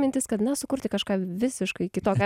mintis kad mes sukurti kažką visiškai kitokią